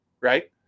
right